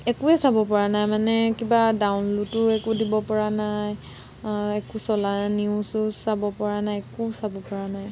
একোৱে চাবপৰা নাই মানে কিবা ডাউনলোডো একো দিবপৰা নাই একো চলা নিউজ চিউজ চাবপৰা নাই একো চাবপৰা নাই